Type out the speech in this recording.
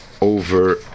over